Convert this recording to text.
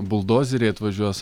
buldozeriai atvažiuos